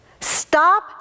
Stop